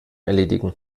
erledigen